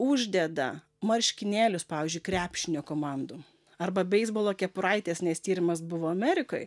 uždeda marškinėlius pavyzdžiui krepšinio komandų arba beisbolo kepuraites nes tyrimas buvo amerikoj